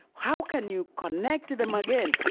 how can you connect them again?